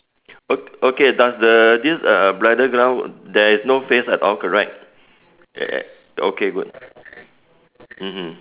o~ okay does the this uh bridal gown there's no face at all correct ya ya okay good mmhmm